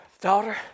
daughter